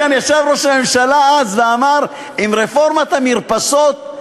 כאן ישב ראש הממשלה אז ואמר על רפורמת המרפסות: